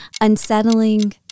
Unsettling